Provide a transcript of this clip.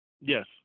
Yes